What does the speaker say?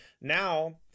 Now